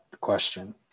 question